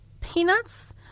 peanuts